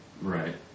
Right